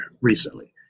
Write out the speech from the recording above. recently